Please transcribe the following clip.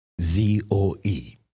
Z-O-E